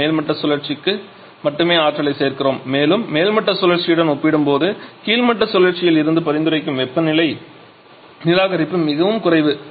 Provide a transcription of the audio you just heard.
நாம் மேல்மட்ட சுழற்சிக்கு மட்டுமே ஆற்றலைச் சேர்க்கிறோம் மேலும் மேல்மட்ட சுழற்சியுடன் ஒப்பிடும்போது கீழ்மட்ட சுழற்சியில் இருந்து பரிந்துரைக்கும் வெப்ப நிராகரிப்பு மிகவும் குறைவு